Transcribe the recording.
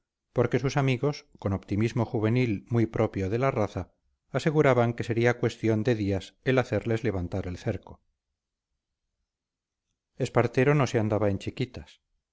aunque sus amigos con optimismo juvenil muy propio de la raza aseguraban que sería cuestión de días el hacerles levantar el cerco espartero no se andaba en chiquitas